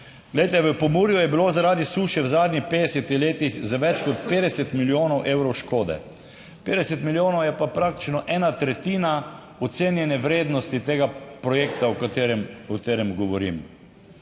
Glejte, v Pomurju je bilo zaradi suše v zadnjih 50 letih za več kot 50 milijonov evrov škode. 50 milijonov je pa praktično ena tretjina ocenjene vrednosti tega projekta o katerem, o